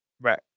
Right